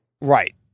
Right